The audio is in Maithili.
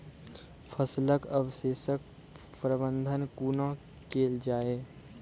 फसलक अवशेषक प्रबंधन कूना केल जाये?